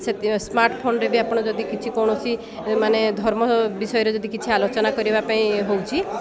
ସେ ସ୍ମାର୍ଟ ଫୋନରେ ବି ଆପଣ ଯଦି କିଛି କୌଣସି ମାନେ ଧର୍ମ ବିଷୟରେ ଯଦି କିଛି ଆଲୋଚନା କରିବା ପାଇଁ ହଉଛି